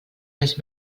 les